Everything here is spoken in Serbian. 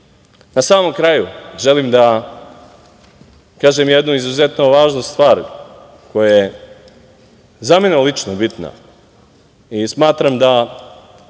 samom kraju želim da kažem jednu izuzetno važnu stvar, koja je za mene lično bitna, i smatram da